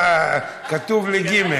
כתוב לי ג'.